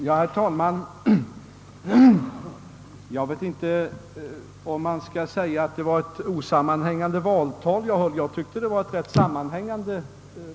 Herr talman! Jag vet inte om man kan påstå att det var ett osammanhängande valtal jag höll; jag tyckte att det var rätt sammanhängande.